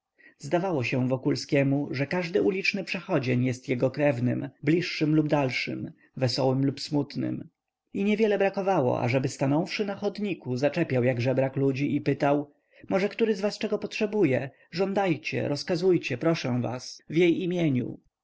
zdawało się wokulskiemu że każdy uliczny przechodzień jest jego krewnym bliższym lub dalszym wesołym lub smutnym i niewiele brakowało ażeby stanąwszy na chodniku zaczepiał jak żebrak ludzi i pytał może który z was czego potrzebuje żądajcie rozkazujcie proszę was w jej imieniu